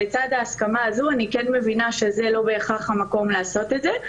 לצד ההסכמה הזאת אני כן מבינה שזה לא בהכרח המקום לעשות את זה,